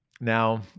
now